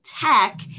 tech